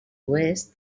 oest